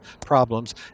problems